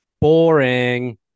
Boring